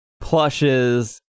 plushes